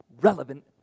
relevant